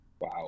Wow